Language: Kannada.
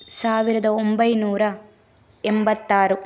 ಸಾವಿರದ ಒಂಬೈನೂರ ಎಂಬತ್ತಾರು